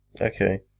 Okay